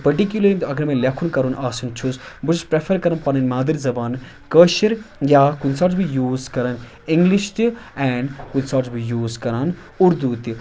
تہٕ پٔرٹِکیوٗلَرلی اگر مےٚ لٮ۪کھُن کرُن آسان چھُس بہٕ چھُس پرٛیفَر کَران پنٕنۍ مادٔری زبان کٲشِر یا کُنہِ ساتہٕ چھُس بہٕ یوٗز کَران اِنٛگلِش تہِ اینڈ کُنہِ ساتہٕ چھُس بہٕ یوٗز کَران اُردو تہِ